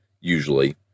usually